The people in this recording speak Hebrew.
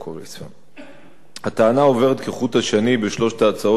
הטענה העוברת כחוט השני בשלוש ההצעות הדחופות לסדר-היום